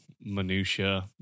minutiae